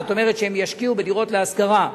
זאת אומרת שהם ישקיעו בדירות להשכרה,